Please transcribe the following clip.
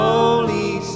Holy